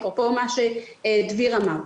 אפרופו מה שדביר אמר.